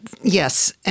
Yes